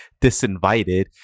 disinvited